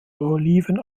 oliven